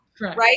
right